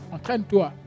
Entraîne-toi